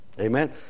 Amen